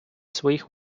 своїх